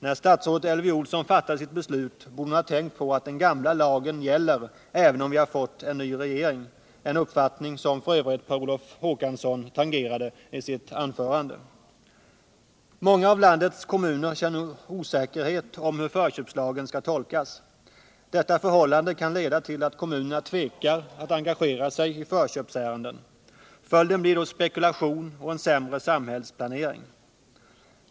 När statsrådet Elvy Olsson fattade sitt beslut borde hon ha tänkt på att den gamla lagen gäller även sedan vi har fått en ny regering, en uppfattning som f.ö. Per Olof Håkansson tangerade i sitt anförande. Många av landets kommuner känner nu osäkerhet om hur förköpslagen skall tolkas. Detta förhållande kan leda till att kommunerna tvekar att engagera sig i förköpsärenden. Följden blir då spekulation och en sämre samhällsplanering.